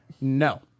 No